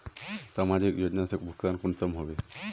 समाजिक योजना से भुगतान कुंसम होबे?